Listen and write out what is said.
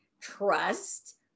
trust